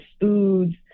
foods